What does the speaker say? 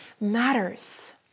matters